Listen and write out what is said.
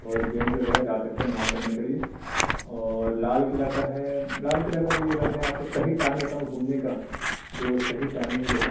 اور جینٹس وغیرہ جا سکتے ہیں نماز پڑھنے کے لیے اور لال قلعہ کا ہے لال قلعہ کا بھی اگر میں آپ کو صحیح ٹائمنگ بتاؤں گھومنے کا جو صحیح ٹائمنگ جو ہے